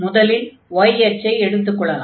முதலில் y அச்சை எடுத்துக் கொள்ளலாம்